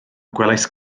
gwelais